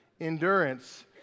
endurance